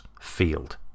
field